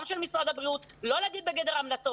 גם של משרד הבריאות לא להגיד בגדר המלצות.